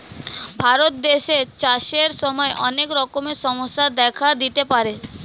ভারত দেশে চাষের সময় অনেক রকমের সমস্যা দেখা দিতে পারে